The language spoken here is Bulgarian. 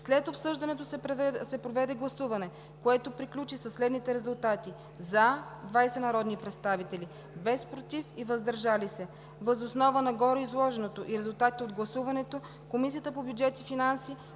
След обсъждането се проведе гласуване, което приключи със следните резултати: „за” 20 народни представители, без „против” и „въздържали се”. Въз основа на гореизложеното и резултатите от гласуването Комисията по бюджет и финанси